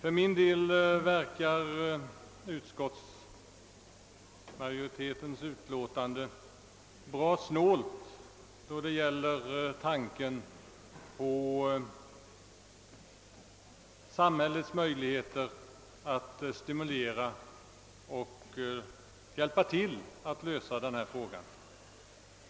På mig gör utskottsmajoritetens utlåtande ett ganska snålt intryck då det gäller frågan att ta i anspråk samhällets möjligheter att bidra till att förverkliga de mål som uppställts rörande en utbyggnad av företagsdemokratin och samarbetet på arbetsplatserna.